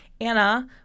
anna